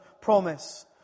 promise